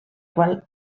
qual